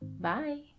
Bye